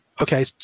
Okay